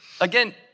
again